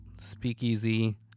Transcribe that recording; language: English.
speakeasy